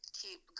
keep